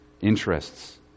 interests